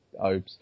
Obes